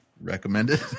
recommended